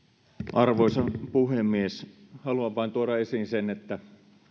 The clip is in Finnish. arvoisa puhemies haluan vain tuoda esiin sen että